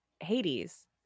Hades